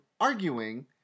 arguing